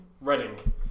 Reading